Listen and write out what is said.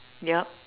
yup